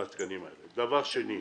דבר שני,